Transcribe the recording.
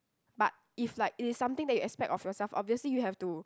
but if like it is something that you expect of yourself obviously you have to